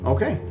Okay